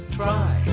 try